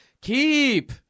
keep